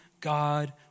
God